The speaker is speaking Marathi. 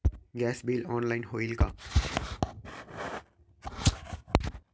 गॅस बिल ऑनलाइन होईल का?